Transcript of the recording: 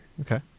Okay